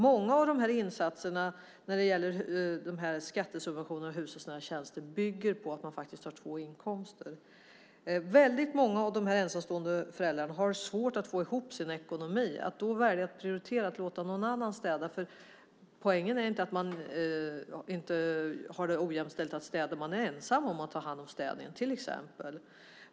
Många av de här insatserna när det gäller skattesubventioner av hushållsnära tjänster bygger på att man faktiskt har två inkomster. Väldigt många av de ensamstående föräldrarna har svårt att få ihop sin ekonomi. Att man då väljer att prioritera att låta någon annan städa verkar inte troligt. Poängen är inte att man har det ojämställt när det gäller att städa, utan man är ensam om att ta hand om städningen till exempel.